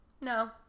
No